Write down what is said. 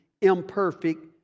imperfect